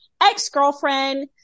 ex-girlfriend